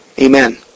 Amen